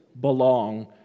belong